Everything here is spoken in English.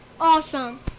awesome